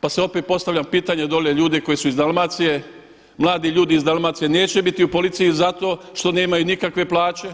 Pa se opet postavlja pitanje dolje ljude koji su iz Dalmacije, mladi ljudi iz Dalmacije neće biti u policiji zato što nemaju nikakve plaće